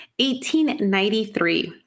1893